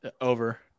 Over